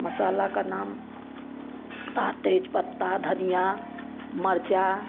मसाला का नाम तोहार तेज पत्ता धनिया मिर्च